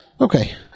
Okay